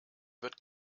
wird